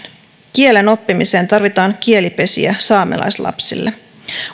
kielenoppimiseen tarvitaan kielipesiä saamelaislapsille